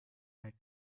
bad